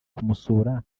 kumusura